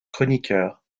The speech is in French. chroniqueur